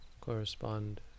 correspond